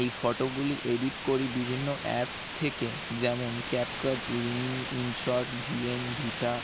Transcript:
এই ফটোগুলি এডিট করি বিভিন্ন অ্যাপ থেকে যেমন ক্যাপকাট রিমিনি ইনশর্ট ভিএন ভিটা